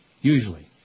Usually